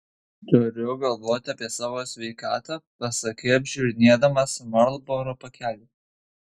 turiu galvoti apie savo sveikatą pasakei apžiūrinėdamas marlboro pakelį